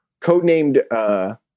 codenamed